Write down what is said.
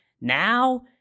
Now